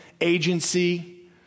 agency